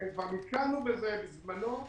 כבר נתקלנו בזה בזמנו,